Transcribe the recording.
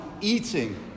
eating